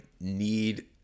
need